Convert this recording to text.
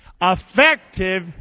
Effective